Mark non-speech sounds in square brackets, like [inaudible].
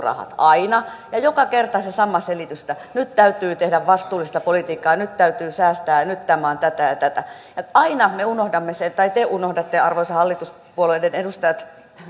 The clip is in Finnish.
[unintelligible] rahat aina ja joka kerta on se sama selitys että nyt täytyy tehdä vastuullista politiikkaa ja nyt täytyy säästää ja nyt tämä on tätä ja tätä ja aina te unohdatte arvoisa hallituspuolueiden